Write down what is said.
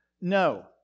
No